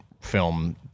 film